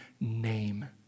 name